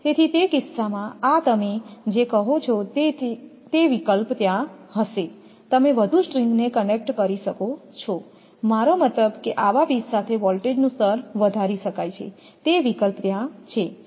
તેથી તે કિસ્સામાં આ તમે જે કહો છો તે વિકલ્પ ત્યાં હશે તમે વધુ સ્ટ્રિંગને કનેક્ટ કરી શકો છો મારો મતલબ કે આવા પીસ સાથે વોલ્ટેજનું સ્તર વધારી શકાય છેતે વિકલ્પ ત્યાં છે